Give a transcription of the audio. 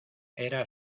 era